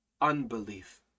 Unbelief